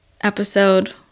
episode